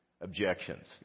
Objections